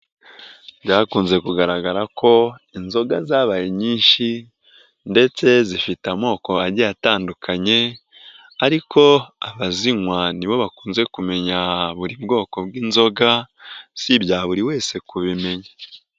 Byakunze kugaragara ko inzoga zabaye nyinshi ndetse zifite amoko agiye atandukanye ariko abazinywa ni bo bakunze kumenya buri bwoko bw'inzoga, si ibya buri wese kubimenya.